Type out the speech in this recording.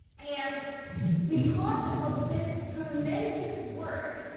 and because of this tremendous work,